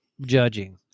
judging